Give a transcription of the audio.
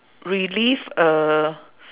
relive a